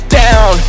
down